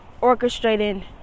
orchestrating